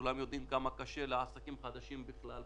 כולם יודעים כמה קשה לעסקים חדשים במדינה.